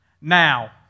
now